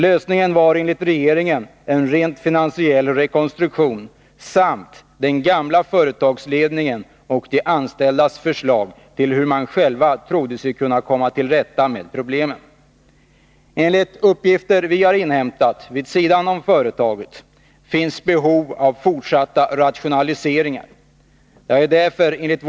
Lösningen var enligt regeringen en rent finansiell rekonstruktion samt den gamla företagsledningens och de anställdas förslag, hur de själva trodde sig kunna komma till rätta med problemen. Enligt uppgifter vi har inhämtat vid sidan av företaget finns behov av fortsatta rationaliseringar inom företaget.